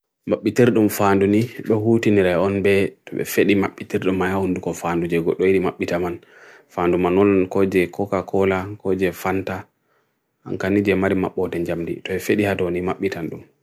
Makbiter dum faan duni, buhutin nere on be, tuwe feidi makbiter dum maya on duko faan dun jegut doe di makbiter man. Faan dun man on koje Coca Cola, koje Fanta, angkani jye marimap boh ten jamdi, tuwe feidi hadon di makbiter dun.